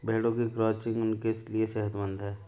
भेड़ों की क्रचिंग उनके लिए सेहतमंद है